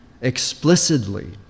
explicitly